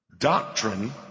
Doctrine